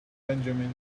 benjamin